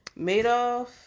Madoff